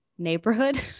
neighborhood